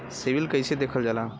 CIBIL कैसे देखल जाला?